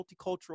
multicultural